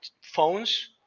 phones